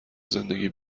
زندگی